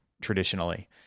traditionally